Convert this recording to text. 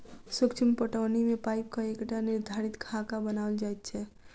सूक्ष्म पटौनी मे पाइपक एकटा निर्धारित खाका बनाओल जाइत छै